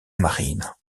marina